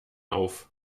auf